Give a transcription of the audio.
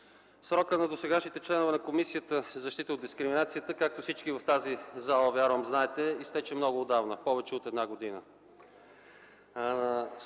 Срокът на досегашните членове на Комисията за защита от дискриминацията, както всички в тази зала вярвам знаете, изтече много отдавна – повече от една година.